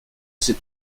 ces